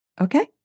Okay